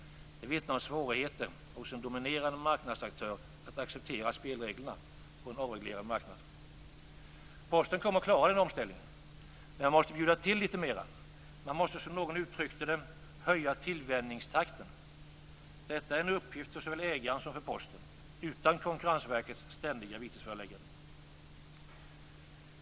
Det vittnar om svårigheterna för en dominerande marknadsaktör att acceptera spelreglerna på en avreglerad marknad. Posten kommer att klara den här omställningen. Men man måste bjuda till litet mer. Man måste, som någon uttryckte det, höja tillvänjningstakten. Detta är en uppgift för såväl ägaren som för Posten - utan Konkurrensverkets ständiga vitesförelägganden.